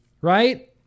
right